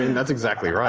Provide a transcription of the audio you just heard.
and that's exactly